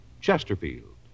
Chesterfield